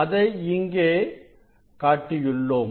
இதை இங்கே காட்டியுள்ளோம்